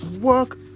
work